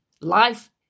Life